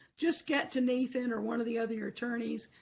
just get to nathan or one of the other attorneys,